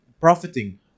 profiting